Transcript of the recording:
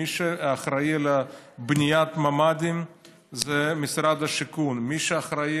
מי שאחראי לבניית ממ"דים זה משרד השיכון ומי שאחראי